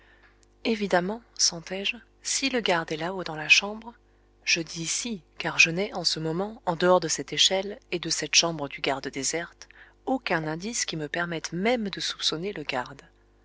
évidemment sentais-je si le garde est là-haut dans la chambre je dis si car je n'ai en ce moment en dehors de cette échelle et de cette chambre du garde déserte aucun indice qui me permette même de soupçonner le garde